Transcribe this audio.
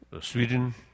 Sweden